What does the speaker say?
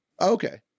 okay